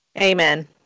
Amen